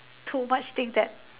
too much thing that